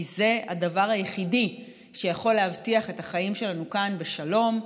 כי זה הדבר היחיד שיכול להבטיח את החיים שלנו כאן בשלום,